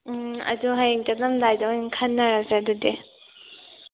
ꯎꯝ ꯑꯗꯣ ꯍꯌꯦꯡ ꯆꯠꯂꯝꯗꯥꯏꯗ ꯑꯣꯏꯅ ꯈꯅꯔꯁꯦ ꯑꯗꯨꯗꯤ